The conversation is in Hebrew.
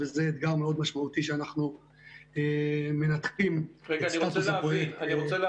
וזה אתגר מאוד משמעותי שאנחנו --- אני רוצה להבין,